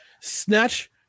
snatch –